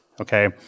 Okay